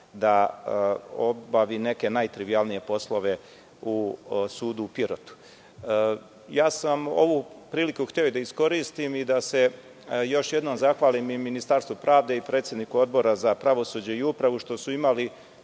da obavi neke najtrivijalnije poslove u sudu u Pirotu. Ovu priliku sam hteo da iskoristim i da se još jednom zahvalim i Ministarstvu pravde i predsedniku Odbora za pravosuđe i upravu što su imali